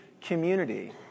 community